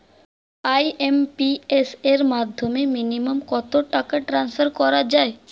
IMPS এর মাধ্যমে minimum কত টাকা ট্রান্সফার করা যায়?